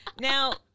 Now